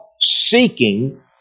seeking